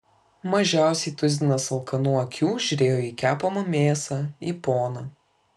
mažiausiai tuzinas alkanų akių žiūrėjo į kepamą mėsą į poną